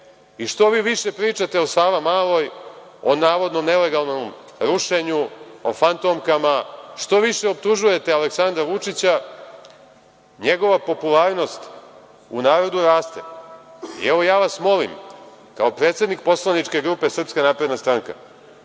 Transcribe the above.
i što vi više pričate o Savamaloj, o navodno nelegalnom rušenju, o fantomkama, što više optužujete Aleksandra Vučića, njegova popularnost u narodu raste. Evo, ja vas molim, kao predsednik poslaničke grupe SNS, nemojte